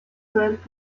grant